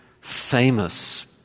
famous